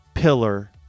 pillar